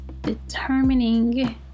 determining